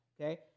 okay